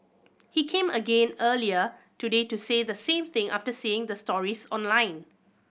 he came again earlier today to say the same thing after seeing the stories online